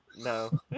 No